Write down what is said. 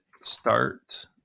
start